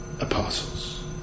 apostles